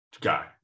guy